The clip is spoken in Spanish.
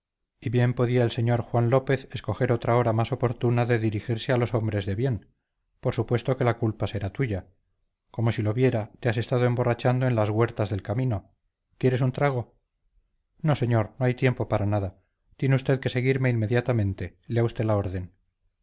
y bien podía el señor juan lópez escoger otra hora más oportuna de dirigirse a los hombres de bien por supuesto que la culpa será tuya como si lo viera te has estado emborrachando en las huertas del camino quieres un trago no señor no hay tiempo para nada tiene usted que seguirme inmediatamente lea usted la orden